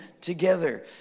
together